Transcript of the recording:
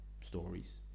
stories